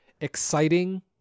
exciting